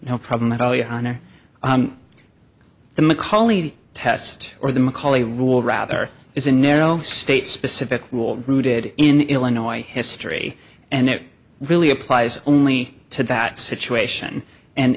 no problem at all your honor the mcauley test or the macaulay rule rather is a narrow state specific rule rooted in illinois history and it really applies only to that situation and